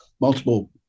multiple